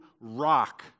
rock